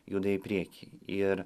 juda į priekį ir